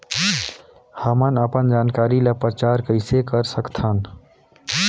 हमन अपन जानकारी ल प्रचार कइसे कर सकथन?